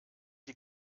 die